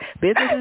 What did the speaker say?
business